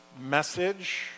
message